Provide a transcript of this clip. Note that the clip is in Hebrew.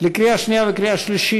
לקריאה שנייה ולקריאה שלישית.